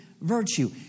virtue